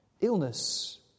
illness